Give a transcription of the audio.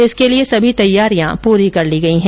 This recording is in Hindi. इसके लिए सभी तैयारियां पूरी कर ली गई हैं